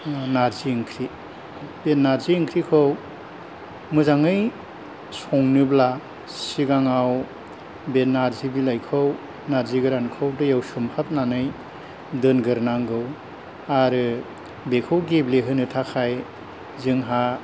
नारजि ओंख्रि बे नारजि ओंख्रिखौ मोजाङै सङोब्ला सिगाङाव बे नारजि बिलाइखौ नारजि गोरानखौ दैयाव सोमहाबनानै दोनगोरनांगौ आरो बेखौ गेब्लेहोनो थाखाय जोंहा